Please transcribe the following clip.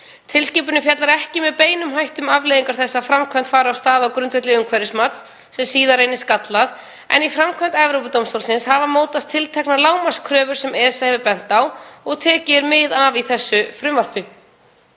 Tilskipunin fjallar ekki með beinum hætti um afleiðingar þess að framkvæmd fari af stað á grundvelli umhverfismats sem síðan reynist gallað, en í framkvæmd Evrópudómstólsins hafa mótast tilteknar lágmarkskröfur sem ESA hefur bent á og tekið er mið af í þessu frumvarpi.